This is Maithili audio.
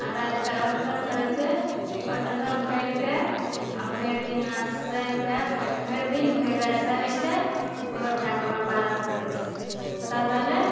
आ राति कऽ ओठगन करै छै ओठगन करिके आ भरि दिना सहिके भरि दिन भरि राति सहै छै भोर भए कऽ पारण करै छै तब भेलै